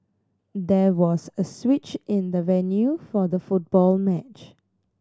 there was a switch in the venue for the football match